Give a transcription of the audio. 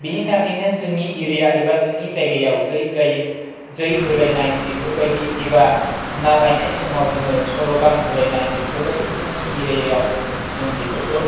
बिनि थाखायनो जोंनि एरिया एबा जोंनि जायगायाव जै जायै जै होलायनाय बेफोरबायदि एबा ना लायनाय समाव जोङो स्ल'गान होलायनाय बेफोरबायदि जोंनि एरियायाव जों बेफोरखौ